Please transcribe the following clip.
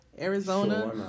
Arizona